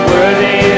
Worthy